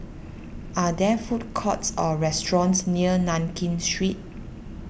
are there food courts or restaurants near Nankin Street